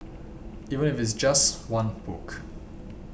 even if it's just one book